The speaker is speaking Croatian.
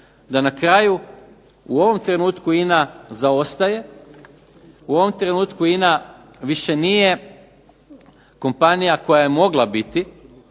da na kraju u ovom trenutku INA zaostaje, u ovom trenutku INA više nije kompanija koja je mogla biti.